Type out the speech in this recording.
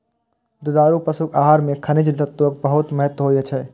दुधारू पशुक आहार मे खनिज तत्वक बहुत महत्व होइ छै